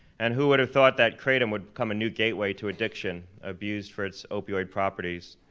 and who would have thought that kratom would become a new gateway to addiction, abused for its opioid properties?